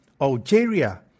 Algeria